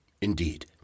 Indeed